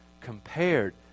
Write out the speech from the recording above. compared